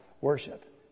worship